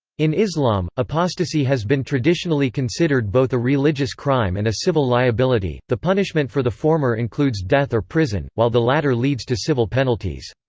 in islam, apostasy has been traditionally considered both a religious crime and a civil liability the punishment for the former includes death or prison, while the latter leads to civil penalties.